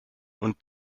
und